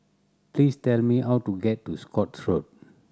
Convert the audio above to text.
please tell me how to get to Scotts Road